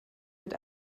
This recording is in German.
mit